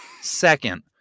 Second